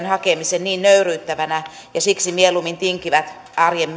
hakemisen niin nöyryyttävänä että mieluummin tinkivät arjen